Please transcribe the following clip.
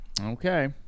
Okay